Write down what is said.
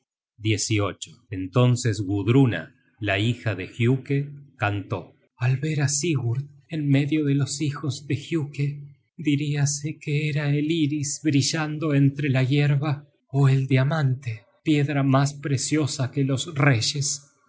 sigurd entonces gudruna la hija de giuke cantó al ver á sigurd en medio de los hijos de giuke diríase que era el íris brillando entre la yerba ó el diamante piedra mas preciosa que los reyes